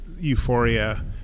euphoria